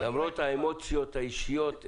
למרות האמוציות האישיות,